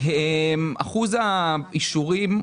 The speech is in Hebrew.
מה הסיבות העיקריות לסירובים?